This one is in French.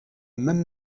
même